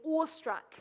awestruck